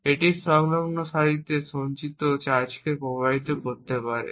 এবং এটি সংলগ্ন সারিতে সঞ্চিত চার্জকে প্রভাবিত করতে পারে